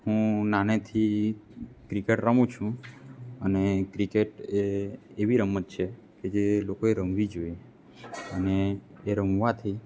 હું નાનેથી ક્રિકેટ રમું છું અને ક્રિકેટ એ એવી રમત છે કે જે લોકોએ રમવી જોઈએ અને એ રમવાથી